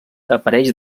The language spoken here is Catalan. apareix